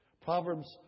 Proverbs